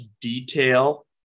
detail